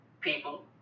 people